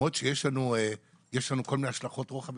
למרות שיש לנו כל מיני השלכות רוחב,